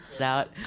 out